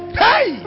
hey